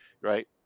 right